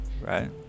right